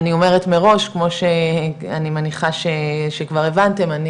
אני אומרת מראש כמו שאני מניחה שכבר הבנתם אני